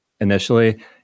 initially